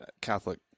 Catholic